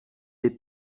est